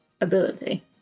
ability